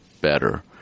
better